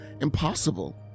impossible